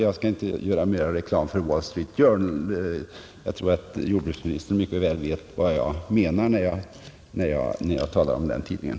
Jag skall inte göra mera reklam för Wall Street Journal. Jag tror att jordbruksministern mycket väl vet vad jag menar när jag talar om hur jag har användning för den tidningen.